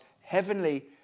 heavenly